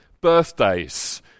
Birthdays